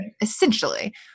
essentially